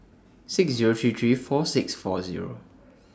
six Zero three three four six four Zero